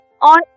On